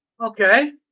Okay